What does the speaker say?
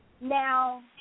Now